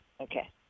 Okay